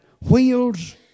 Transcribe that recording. wheels